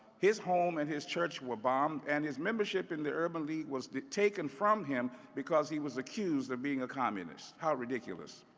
his home and his church were bombed and his membership in the urban league was taken from him, because he was accused of being a communist. how ridiculous.